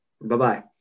Bye-bye